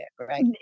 right